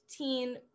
15%